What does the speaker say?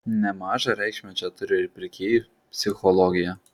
nemažą reikšmę čia turi ir pirkėjų psichologija